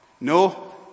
No